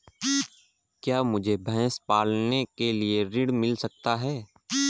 क्या मुझे भैंस पालने के लिए ऋण मिल सकता है?